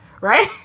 Right